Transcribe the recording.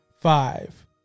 five